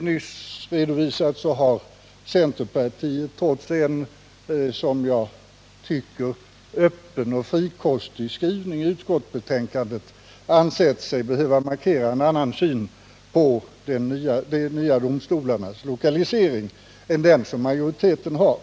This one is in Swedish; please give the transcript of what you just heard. nyss har redovisat har centerpartiet — trots en enligt min mening öppen och frikostig skrivning i utskottsbetänkandet — ansett sig behöva markera en annan syn på de nya domstolarnas lokalisering än den majoriteten har.